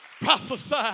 prophesy